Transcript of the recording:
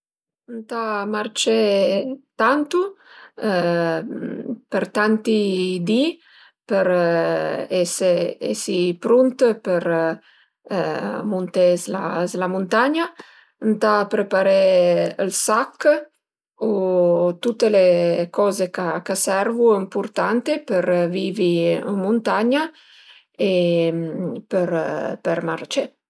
Ëntà marcé tantu për tanti di për ese esi prunt për munté s'la muntagna, ëntà preparé ël sach u tute le coze ch'a ch'a servu ëmpurtante për vivi ën muntagna e për për marcé